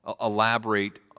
elaborate